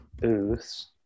booths